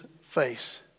face